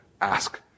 ask